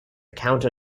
counter